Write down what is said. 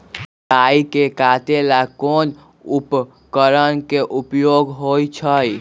राई के काटे ला कोंन उपकरण के उपयोग होइ छई?